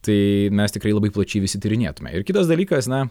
tai mes tikrai labai plačiai visi tyrinėtume ir kitas dalykas na